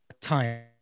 time